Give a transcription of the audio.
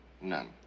None